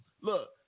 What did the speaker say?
Look